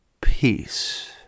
peace